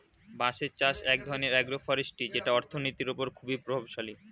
বাঁশের চাষ এক ধরনের আগ্রো ফরেষ্ট্রী যেটা অর্থনীতির ওপর খুবই প্রভাবশালী